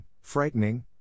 frightening